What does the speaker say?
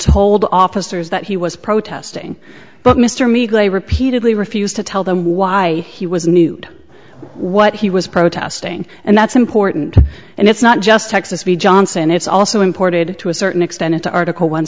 told officers that he was protesting but mr meagerly repeatedly refused to tell them why he was needed what he was protesting and that's important and it's not just texas v johnson it's also imported to a certain extent into article one